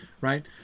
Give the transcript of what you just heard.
right